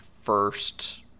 first